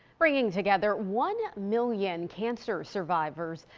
bringing together one million cancer survivors.